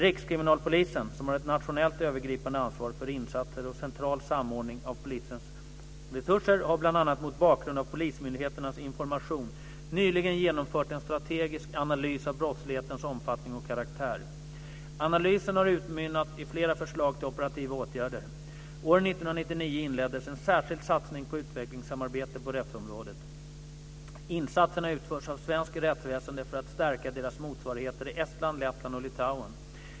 Rikskriminalpolisen, som har ett nationellt övergripande ansvar för insatser och central samordning av polisens resurser, har bl.a. mot bakgrund av polismyndigheternas information nyligen genomfört en strategisk analys av brottslighetens omfattning och karaktär. Analysen har utmynnat i flera förslag till operativa åtgärder. År 1999 inleddes en särskild satsning på utvecklingssamarbete på rättsområdet. Insatserna utförs av svenskt rättsväsende för att stärka deras motsvarigheter i Estland, Lettland och Litauen.